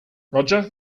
roger